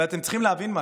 ואתם צריכים להבין משהו: